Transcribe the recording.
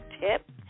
tip